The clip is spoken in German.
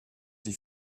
die